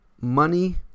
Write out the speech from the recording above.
money